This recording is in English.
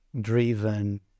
driven